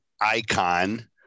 icon